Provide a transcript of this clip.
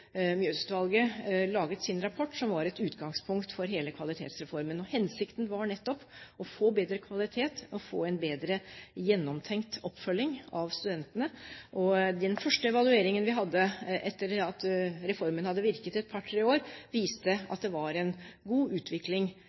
laget sin rapport, som var et utgangspunkt for hele Kvalitetsreformen. Hensikten var nettopp å få en bedre kvalitet og en bedre gjennomtenkt oppfølging av studentene. Den første evalueringen vi hadde etter at reformen hadde virket et par–tre år, viste at det var en god utvikling